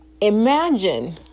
imagine